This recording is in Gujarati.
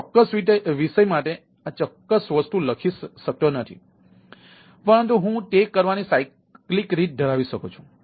આ ચોક્કસ વિષય માટે આ ચોક્કસ વસ્તુ લખી શકતી નથી પરંતુ હું તે કરવાની સાયકલિક રીત ધરાવી શકું છું